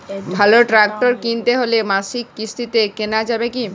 ভালো ট্রাক্টর কিনতে হলে মাসিক কিস্তিতে কেনা যাবে কি?